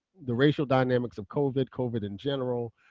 the racial dynamics of covid, covid in general,